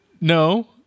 No